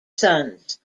sons